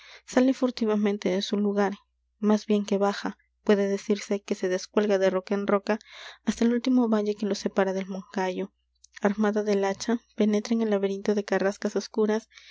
sale furtivamente de su lugar más bien que baja puede decirse que se descuelga de roca en roca hasta el último valle que lo separa del moncayo armada del hacha penetra en el laberinto de carrascas oscuras